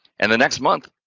and the next month.